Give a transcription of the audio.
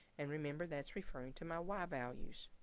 and remember that's referring to my y values.